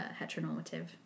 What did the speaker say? heteronormative